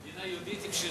זו מדינה יהודית עם שלטון,